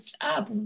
Up